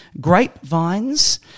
Grapevines